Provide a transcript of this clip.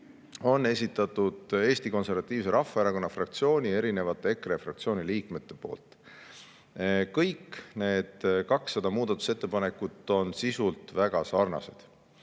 on esitanud Eesti Konservatiivse Rahvaerakonna fraktsioon ja erinevad EKRE fraktsiooni liikmed. Kõik need 200 muudatusettepanekut on sisult väga sarnased.